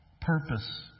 purpose